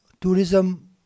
tourism